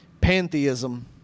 pantheism